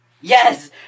Yes